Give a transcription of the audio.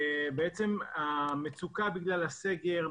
המצוקה בגלל הסגר,